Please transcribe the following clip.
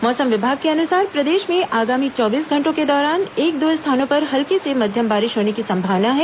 मौसम विभाग के अनुसार प्रदेश में आगामी चौबीस घंटों के दौरान एक दो स्थानों पर हल्की से मध्यम बारिश होने की संभावना है